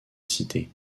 cité